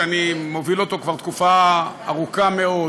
שאני מוביל אותו כבר תקופה ארוכה מאוד,